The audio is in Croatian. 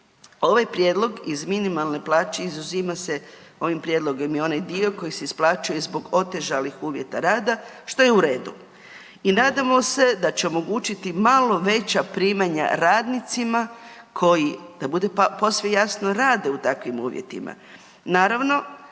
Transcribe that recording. Ovaj prijedlog iz minimalne plaće izuzima se, ovim prijedlogom i onaj dio koji se isplaćuje zbog otežalih uvjeta rada što je u redu i nadamo se da će omogućiti malo veća primanja radnicima koji da bude posve jasno rade u takvim uvjetima.